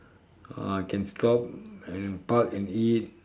ah can stop and park and eat